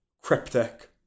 cryptic